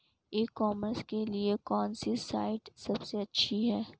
ई commerce के लिए कौनसी साइट सबसे अच्छी है?